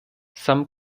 some